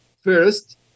First